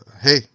hey